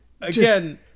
Again